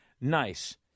nice